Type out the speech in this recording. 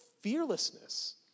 fearlessness